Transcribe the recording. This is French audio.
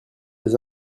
des